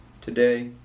today